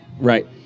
Right